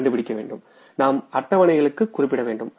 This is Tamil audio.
நாம் கண்டுபிடிக்க வேண்டும் நாம் அட்டவணைகளைக் குறிப்பிட வேண்டும்